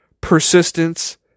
persistence